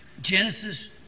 Genesis